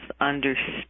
understand